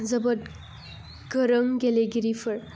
जोबोद गोरों गेलेगिरिफोर